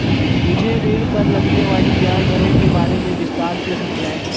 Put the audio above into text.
मुझे ऋण पर लगने वाली ब्याज दरों के बारे में विस्तार से समझाएं